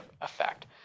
effect